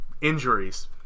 injuries